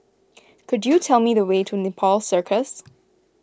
could you tell me the way to Nepal Circus